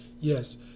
Yes